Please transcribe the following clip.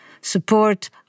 support